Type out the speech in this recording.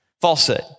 falsehood